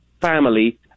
family